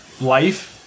life